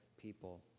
people